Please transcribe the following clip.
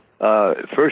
first